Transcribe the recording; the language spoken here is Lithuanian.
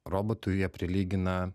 robotu jie prilygina